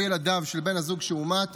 או ילדיו של בן הזוג שהומת,